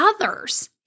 others